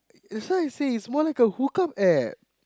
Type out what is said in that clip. is why I say is more like a hook up App